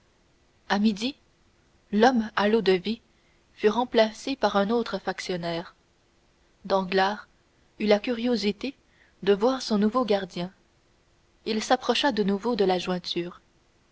à midi l'homme à l'eau-de-vie fut remplacé par un autre factionnaire danglars eut la curiosité de voir son nouveau gardien il s'approcha de nouveau de la jointure